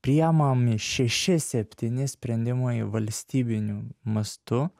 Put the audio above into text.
priemami šeši septyni sprendimai valstybiniu mastu